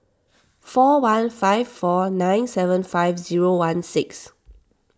four one five four nine seven five zero one six